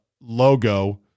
Logo